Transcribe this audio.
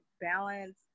balance